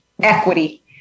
equity